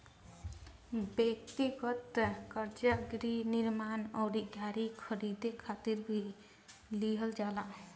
ब्यक्तिगत कर्जा गृह निर्माण अउरी गाड़ी खरीदे खातिर भी लिहल जाला